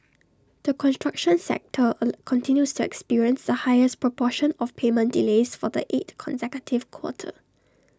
the construction sector A continues to experience the highest proportion of payment delays for the eight consecutive quarter